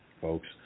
folks